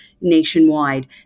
nationwide